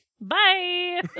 Bye